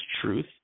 truth